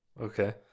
Okay